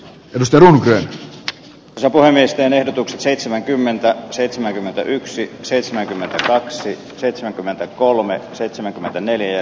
risto gröhn turvamiesten ehdotukset seitsemänkymmentä seitsemänkymmentäyksi seitsemänkymmentäkaksi seitsemänkymmentäkolme seitsemänkymmentäneljä